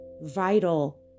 vital